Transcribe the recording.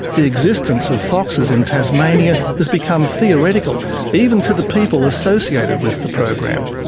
the existence of foxes in tasmania has become theoretical even to the people associated with the program.